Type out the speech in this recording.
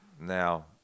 Now